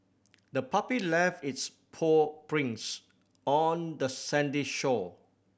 the puppy left its paw prints on the sandy shore